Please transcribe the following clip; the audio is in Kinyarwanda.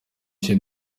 cyo